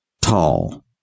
Tall